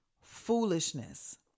foolishness